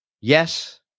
Yes